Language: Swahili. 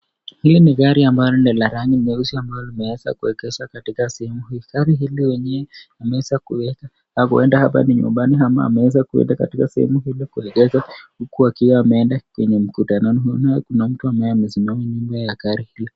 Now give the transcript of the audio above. Hili ni gari ambalo ni la rangi nyeusi ambalo limeweza kuegezwa katika sehemu hii. Gari hili mwenyewe ameweza kueka na huenda hapa ni nyumbani ama amewza kueka na kuenda mkutano. Kuna mtu ambaye amesimama nyuma ya gari hilo.